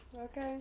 Okay